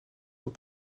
beau